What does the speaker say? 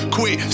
Quit